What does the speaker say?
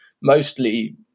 mostly